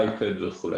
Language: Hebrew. אייפד וכו'.